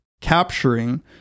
capturing